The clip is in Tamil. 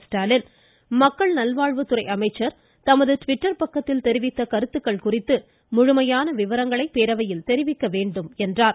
ஸ்டாலின் மக்கள் நல்வாழ்வு துறை அமைச்சர் தமது ட்விட்டர் பக்கததில் தெரிவித்த கருத்துக்கள் குறித்து முழுமையான விவரங்களை பேரவையில் தெரிவிக்க வேண்டு என்றார்